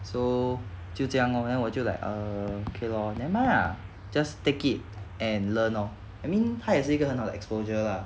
so 就这样 lor then 我就 like err okay lor never mind lah just take it and learn oh I mean 他也是一个很好的 exposure lah